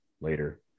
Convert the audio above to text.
later